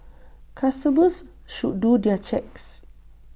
customers should do their checks